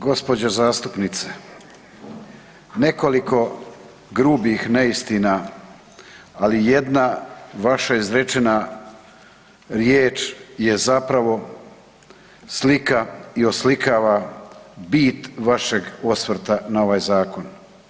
Gospođo zastupnice, nekoliko grubih neistina ali jedna vaša izrečena riječ je zapravo slika i oslikava bit vašeg osvrta na ovaj zakon.